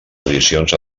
edicions